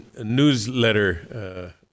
newsletter